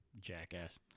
jackass